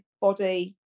body